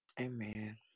Amen